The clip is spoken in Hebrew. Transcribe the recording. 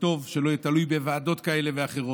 וטוב שזה לא יהיה תלוי בוועדות כאלה ואחרות.